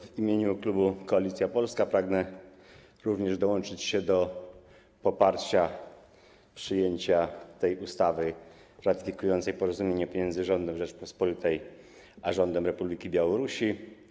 W imieniu klubu Koalicja Polska również pragnę dołączyć do poparcia przyjęcia tej ustawy ratyfikującej porozumienie pomiędzy rządem Rzeczypospolitej a rządem Republiki Białorusi.